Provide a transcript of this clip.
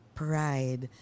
pride